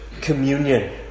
communion